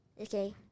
Okay